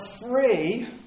free